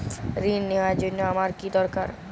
ঋণ নেওয়ার জন্য আমার কী দরকার?